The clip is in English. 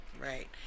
right